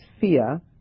fear